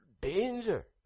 danger